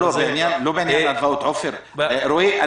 לא בעניין ההלוואות, עפר.